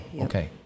okay